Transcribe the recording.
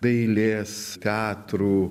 dailės teatrų